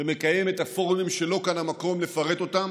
ומקיים את הפורומים, שלא כאן המקום לפרט אותם